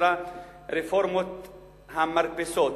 שנקרא "רפורמת המרפסות".